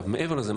מעבר לזה,